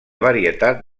varietat